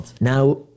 now